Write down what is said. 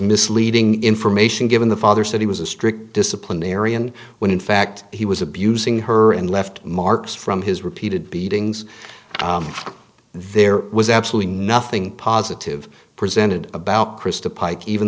misleading information given the father said he was a strict disciplinarian when in fact he was abusing her and left marks from his repeated beatings there was absolutely nothing positive presented about christa pike even